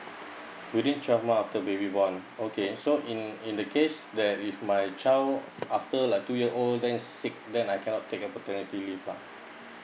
within twelve month after baby born okay so in in the case that if my child after like two years old then sick then I cannot take a paternity leave ah